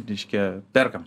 reiškia perkam